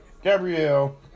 Gabrielle